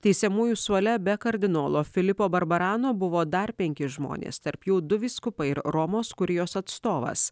teisiamųjų suole be kardinolo filipo barbarano buvo dar penki žmonės tarp jų du vyskupai ir romos kurijos atstovas